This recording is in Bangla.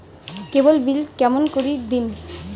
কেবল বিল কেমন করি দিম?